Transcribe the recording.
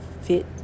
fit